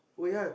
ya